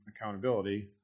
accountability